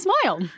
smile